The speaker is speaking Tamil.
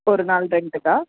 ஒரு நாள் ரெண்ட்டுக்கா